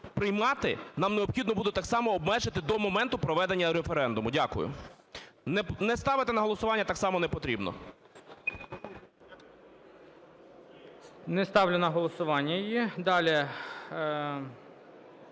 приймати, нам необхідно буде так само обмежити до моменту проведення референдуму. Дякую. Не ставити на голосування, так само не потрібно. ГОЛОВУЮЧИЙ. Не ставлю на голосування її. Далі.